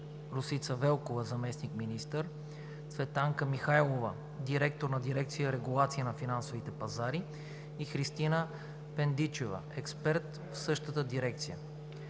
Росица Велкова – заместник министър, Цветанка Михайлова – директор на дирекция „Регулация на финансовите пазари“, и Христина Пендичева – експерт в същата дирекция;